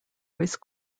voice